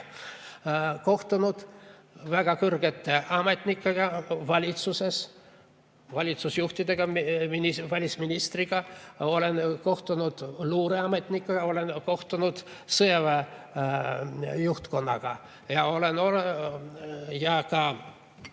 kohtunud väga kõrgete ametnikega valitsuses, valitsusjuhtidega, välisministriga, olen kohtunud luureametnikega, olen kohtunud sõjaväe juhtkonnaga. Raadas